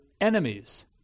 enemies